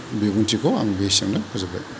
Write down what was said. बिबुंथिखौ आं बेसिमनो फोजोब्बाय